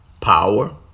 Power